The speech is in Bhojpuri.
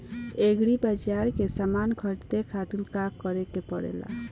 एग्री बाज़ार से समान ख़रीदे खातिर का करे के पड़ेला?